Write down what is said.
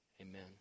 Amen